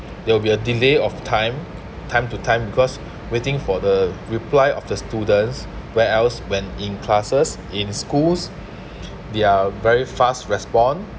there will be a delay of time time to time because waiting for the reply of the students where else when in classes in schools they are very fast respond